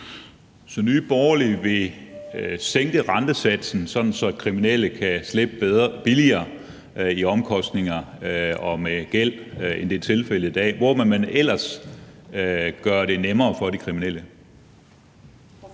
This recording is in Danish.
Så Nye Borgerlige vil sænke rentesatsen, så de kriminelle kan slippe billigere med hensyn til omkostninger og gæld, end det er tilfældet i dag. Hvor vil man ellers gør det nemmere for de kriminelle?